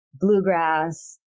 bluegrass